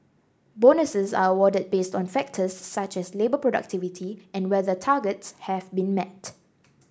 bonuses are awarded based on factors such as labour productivity and whether targets have been met